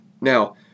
Now